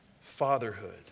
fatherhood